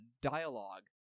dialogue